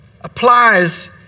applies